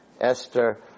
Esther